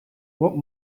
what